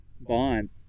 bond